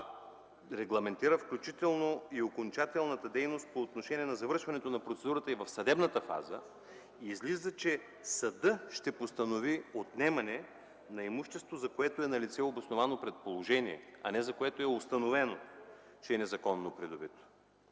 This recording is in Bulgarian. а регламентира включително и окончателната дейност по отношение на завършването на процедурата и в съдебната фаза, излиза, че съдът ще постанови отнемане на имущество, за което е налице обосновано предположение, а не за което е установено, че е незаконно придобито!